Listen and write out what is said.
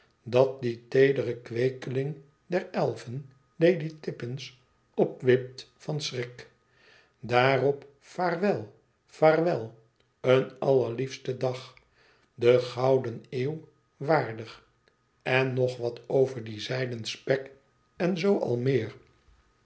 dat die teedere kweekeling der elfen lady tippins opwipt van schrik daarop vaarwel vaarwel een allerlieéten dag de gouden eeuw waardig en nog wat over die zijden spek en zoo al meer